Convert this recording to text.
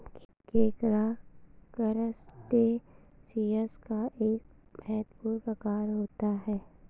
केकड़ा करसटेशिंयस का एक महत्वपूर्ण प्रकार होता है